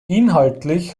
inhaltlich